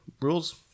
rules